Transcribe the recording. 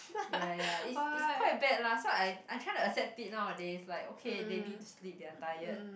ya ya ya it's it's quite bad lah so I I'm tryna accept it nowadays like okay they need to sleep they are tired